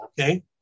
Okay